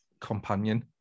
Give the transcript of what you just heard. companion